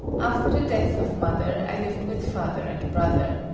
after the death of mother, i lived with father and brother.